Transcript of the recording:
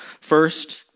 First